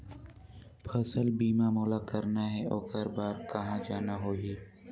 फसल बीमा मोला करना हे ओकर बार कहा जाना होही?